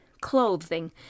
clothing